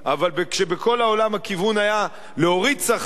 אבל כשבכל העולם הכיוון היה להוריד שכר,